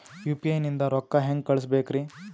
UPI ನಿಂದ ರೊಕ್ಕ ಹೆಂಗ ಕಳಸಬೇಕ್ರಿ?